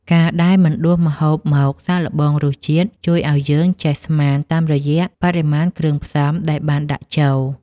ការដែលមិនដួសម្ហូបមកសាកល្បងរសជាតិជួយឱ្យយើងចេះស្មានតាមរយៈបរិមាណគ្រឿងផ្សំដែលបានដាក់ចូល។